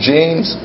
James